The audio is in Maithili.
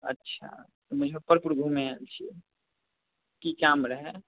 अच्छा तऽ मुजफ्फरपुर घुमै आएल छिए कोन काम रहै